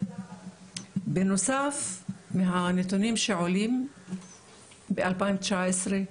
בנוסף מהנתונים שעולים ב-2019,